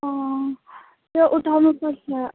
अँ त्यो उठाउनुपर्छ